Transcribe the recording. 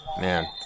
Man